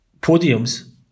podiums